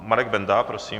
Marek Benda, prosím.